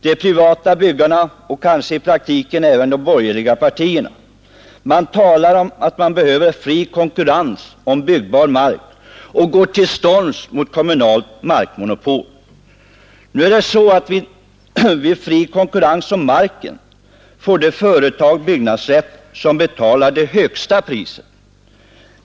De privata byggarna — och i praktiken även de borgerliga partierna — talar om att det behövs fri konkurrens om byggbar mark och de båda gemensamma intressenterna går till storms mot kommunalt markmonopol. Nu är det så att vid fri konkurrens om marken får det företag byggnadsrätt som betalar det högsta priset.